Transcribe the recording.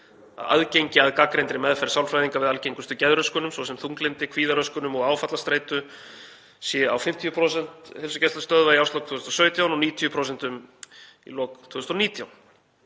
aðgengi að gagnreyndri meðferð sálfræðinga við algengustu geðröskunum, svo sem þunglyndi, kvíðaröskunum og áfallastreitu, sé á 50% heilsugæslustöðva í árslok 2017 og 90% í lok 2019.